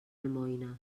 almoina